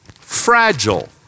fragile